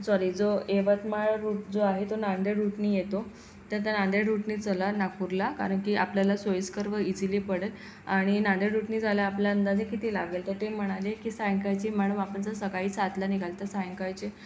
sorry जो Yavatmal route जो आहे तो नांदेड रुटनी येतो तर त्या नांदेड रुटनी चला नागपूरला कारण की आपल्याला सोयीस्कर व इझिली पडेल आणि नांदेड रुटनी जायला आपल्या अंदाजे किती लागेल तर ते म्हणाले की सायंकाळची मॅडम आपण जर सकाळी सातला निघालं तर सायंकाळचे